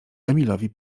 emilowi